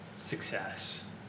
Success